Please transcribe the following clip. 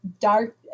dark